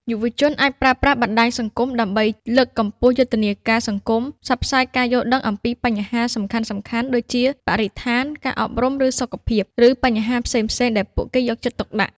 យុវជនអាចប្រើប្រាស់បណ្ដាញសង្គមដើម្បី លើកកម្ពស់យុទ្ធនាការសង្គម ផ្សព្វផ្សាយការយល់ដឹងអំពីបញ្ហាសំខាន់ៗ ដូចជាបរិស្ថាន ការអប់រំ ឬសុខភាព ឬ បញ្ហាផ្សេងៗដែលពួកគេយកចិត្តទុកដាក់។